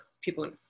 people